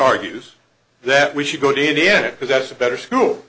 argues that we should go to india because that's a better school